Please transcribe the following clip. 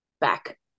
back